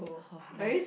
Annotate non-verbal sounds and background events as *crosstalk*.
*noise* nice